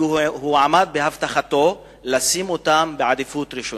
והוא עמד בהבטחתו לשים אותם בעדיפות ראשונה.